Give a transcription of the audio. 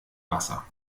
wasser